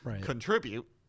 contribute